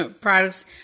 products